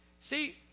See